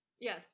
Yes